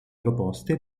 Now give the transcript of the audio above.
proposte